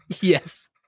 Yes